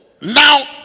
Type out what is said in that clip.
now